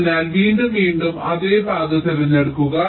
അതിനാൽ വീണ്ടും അതേ പാത തിരഞ്ഞെടുക്കുക